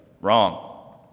Wrong